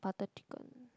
butter chicken